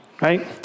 right